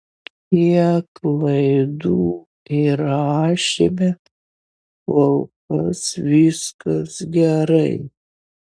kiek laidų įrašėme kol kas viskas gerai